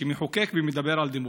שמחוקק, ומדבר על דמוקרטיה,